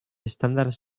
estàndards